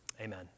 Amen